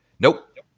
nope